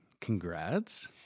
Congrats